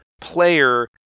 player